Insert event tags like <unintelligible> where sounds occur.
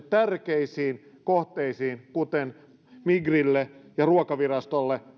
<unintelligible> tärkeisiin kohteisiin kuten migrille ja ruokavirastolle